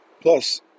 Plus